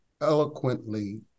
eloquently